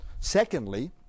Secondly